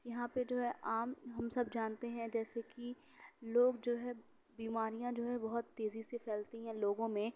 یہاں پہ جو ہے عام ہم سب جانتے ہیں جیسے کہ لوگ جو ہے بیماریاں جو ہے بہت تیزی سے پھیلتی ہیں لوگوں میں